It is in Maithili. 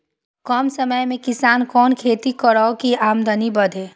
कम समय में किसान कुन खैती करै की आमदनी बढ़े?